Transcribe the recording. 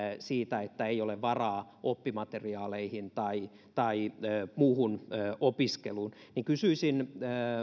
siitä että ei ole varaa oppimateriaaleihin tai tai muuhun opiskeluun niin kysyisin